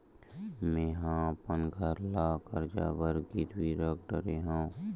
मेहा अपन घर ला कर्जा बर गिरवी रख डरे हव